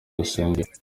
rusengero